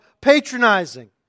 patronizing